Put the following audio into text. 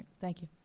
thank you.